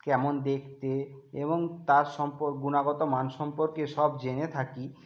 কেমন দেখতে এবং তার সম্পক গুণাগত মান সম্পর্কে সব জেনে থাকি